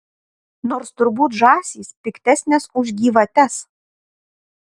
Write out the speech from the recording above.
nors turbūt žąsys piktesnės už gyvates